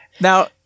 Now